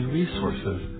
resources